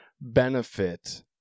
benefit